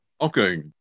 Okay